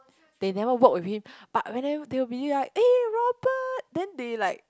they never work with him but whenever they will be like eh Robert then they like